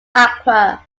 accra